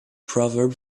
proverb